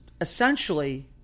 essentially